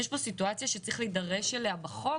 יש פה סיטואציה שצריך להידרש אליה בחוק